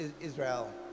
Israel